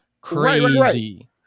Crazy